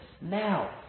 now